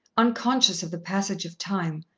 unconscious of the passage of time,